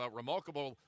remarkable